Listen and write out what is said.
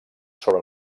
sobre